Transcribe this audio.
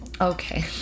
Okay